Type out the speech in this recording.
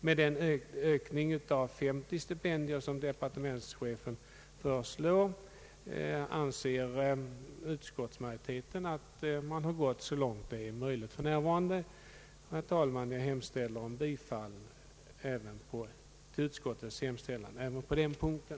Med den ökning av 50 stipendier som departementschefen föreslår anser utskottsmajoriteten att man har gått så långt som det för närvarande är möjligt. att enligt hans uppfattning flertalet röstat för ja-propositionen.